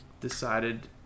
decided